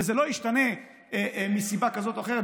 וזה לא ישתנה מסיבה כזאת או אחרת,